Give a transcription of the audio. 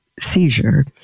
seizure